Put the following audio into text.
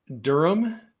Durham